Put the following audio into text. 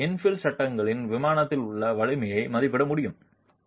எனவே இன்ஃபில் சட்டங்களின் விமானத்தில் உள்ள வலிமையை மதிப்பிட முடியும்